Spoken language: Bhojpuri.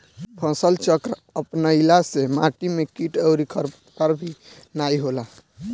फसलचक्र अपनईला से माटी में किट अउरी खरपतवार भी नाई होला